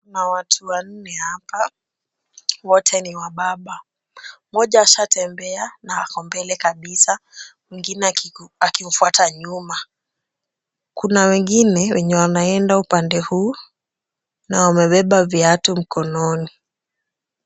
Kuna watu wanne hapa. Wote ni wababa. Moja ashatembea na ako mbele kabisa mwingine akimfuata nyuma. Kuna wengine wenye wanaenda upande huu na wamebeba viatu mkononi.